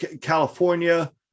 California